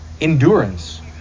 endurance